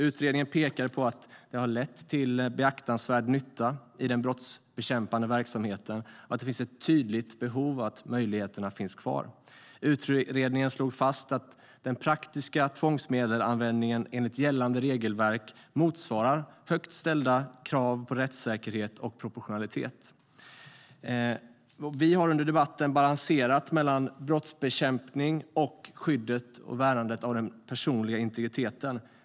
Utredningen pekar på att de har lett till beaktansvärd nytta i den brottsbekämpande verksamheten och att det finns ett tydligt behov av att möjligheterna finns kvar. Utredningen slog fast att den praktiska tvångsmedelsanvändningen enligt gällande regelverk motsvarar högt ställda krav på rättssäkerhet och proportionalitet. Vi har under debatten balanserat mellan brottsbekämpning och skyddet och värnandet av den personliga integriteten.